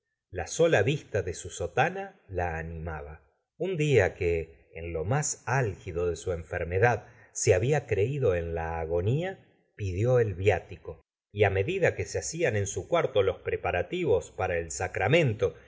la sola vista de su sotana la animaba un día que en lo más álgido de su enfermedad se había creído en la agonía pidió el viático y á medida que se hadan en su cuarto los preparativos para el sacramento